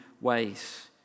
ways